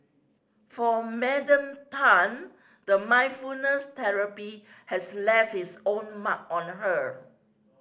for Madam Tan the mindfulness therapy has left its mark on her